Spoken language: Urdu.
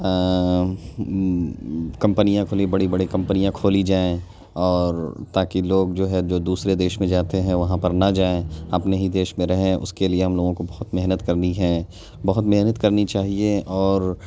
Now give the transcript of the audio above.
کمپنیاں کھلی بڑے بڑے کمپنیاں کھولی جائیں اور تاکہ لوگ جو ہے جو دوسرے دیش میں جاتے ہیں وہاں پر نہ جائیں اپنے ہی دیش میں رہیں اس کے لیے ہم لوگوں کو بہت محنت کرنی ہے بہت محنت کرنی چاہیے اور